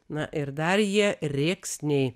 na ir dar jie rėksniai